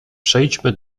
przejdźmy